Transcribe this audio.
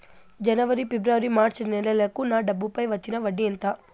జనవరి, ఫిబ్రవరి, మార్చ్ నెలలకు నా డబ్బుపై వచ్చిన వడ్డీ ఎంత